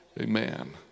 Amen